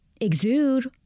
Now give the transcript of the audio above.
exude